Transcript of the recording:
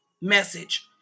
message